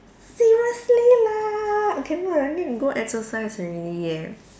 seriously lah cannot I need to go exercise already eh